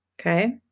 Okay